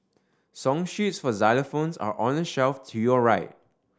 song sheets for xylophones are on the shelf to your right